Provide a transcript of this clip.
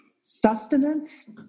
sustenance